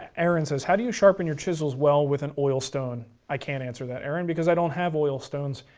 aaron says, how do you sharpen your chisels well with an oil stone? i can't answer that, aaron because i don't have oil stones.